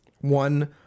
one